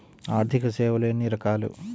ఆర్థిక సేవలు ఎన్ని రకాలు?